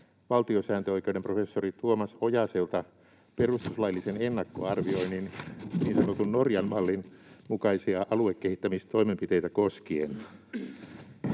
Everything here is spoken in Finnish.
valtiosääntöoikeuden professori Tuomas Ojaselta perustuslaillisen ennakkoarvioinnin niin sanotun Norjan mallin mukaisia aluekehittämistoimenpiteitä koskien.